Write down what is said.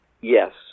Yes